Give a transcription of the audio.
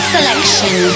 Selection